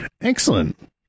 Excellent